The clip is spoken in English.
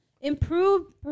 Improve